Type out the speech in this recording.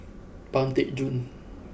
Pang Teck Joon